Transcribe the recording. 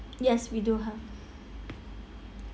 yes we do have